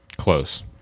Close